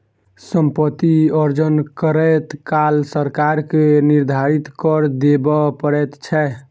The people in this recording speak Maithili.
सम्पति अर्जन करैत काल सरकार के निर्धारित कर देबअ पड़ैत छै